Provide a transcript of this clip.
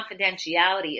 confidentiality